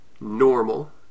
normal